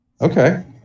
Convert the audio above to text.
Okay